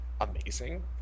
amazing